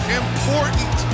important